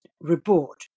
report